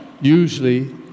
usually